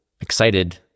excited